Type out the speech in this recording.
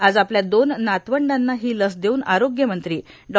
आज आपल्या दोन नातवंडांना ही लस देऊन आरोग्यमंत्री डॉ